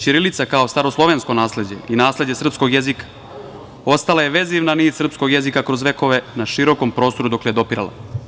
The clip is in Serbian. Ćirilica kao staroslovensko nasleđe i nasleđe srpskog jezika ostala je vezivna nit srpskog jezika kroz vekove na širokom prostoru dokle je dopirala.